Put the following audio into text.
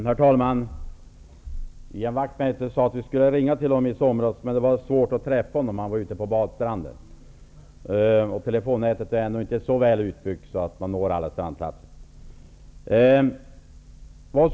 Herr talman! Ian Wachtmeister sade att vi skulle ha ringt till honom i somras, men det var svårt att få tag i honom -- han var ute på badstranden. Telefonnätet är ännu inte så välutbyggt att man når alla badplatser.